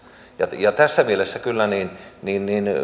tässä mielessä